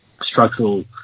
Structural